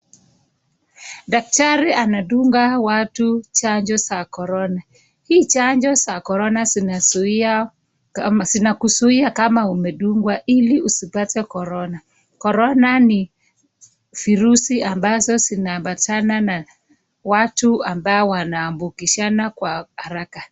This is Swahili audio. Daktari anadunga watu chanjo za Corona. Hii chanjo za Corona zinakuzuia kama umedungwa ili usipate Corona. Corona ni virusi ambazo zinaambatana na watu ambao wanaambukizana kwa haraka.